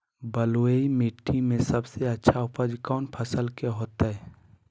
बलुई मिट्टी में सबसे अच्छा उपज कौन फसल के होतय?